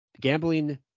gambling